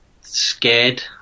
scared